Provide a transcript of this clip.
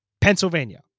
Pennsylvania